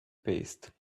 paste